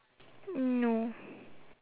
no